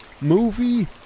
movie